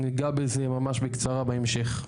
נגע בזה ממש בקצרה בהמשך.